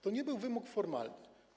To nie był wymóg formalny.